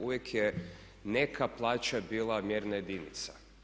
Uvijek je neka plaća bila mjerna jedinica.